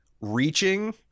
reaching